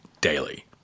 daily